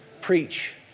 preach